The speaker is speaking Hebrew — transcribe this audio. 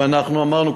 ואנחנו אמרנו,